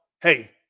hey